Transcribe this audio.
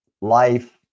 life